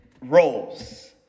roles